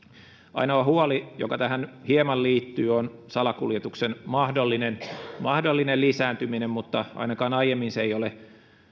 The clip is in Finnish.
ainoa huoli mikä tähän hieman liittyy on salakuljetuksen mahdollinen mahdollinen lisääntyminen mutta ainakaan aiemmin se ei ole